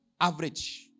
average